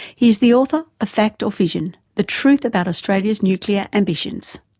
he's the author of fact or fission the truth about australia's nuclear ambitions.